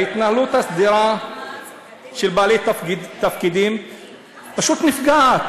ההתנהלות הסדירה של בעלי תפקידים פשוט נפגעת